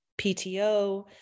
PTO